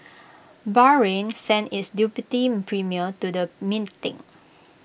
Bahrain sent its deputy premier to the meeting